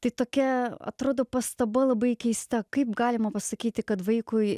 tai tokia atrodo pastaba labai keista kaip galima pasakyti kad vaikui